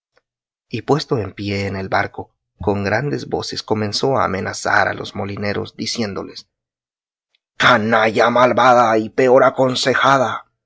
y puesto en pie en el barco con grandes voces comenzó a amenazar a los molineros diciéndoles canalla malvada y peor aconsejada